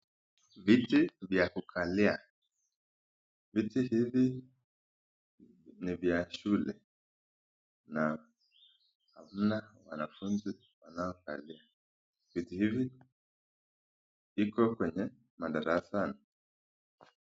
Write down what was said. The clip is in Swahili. Viti vya kukalia ,viti hivi ni vya shule na hamna wanafunzi wanaokalia, viti hivi viko kwenye madarasani.